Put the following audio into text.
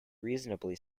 reasonably